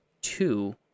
two